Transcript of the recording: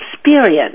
experience